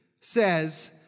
says